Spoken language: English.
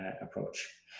approach